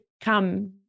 come